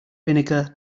vinegar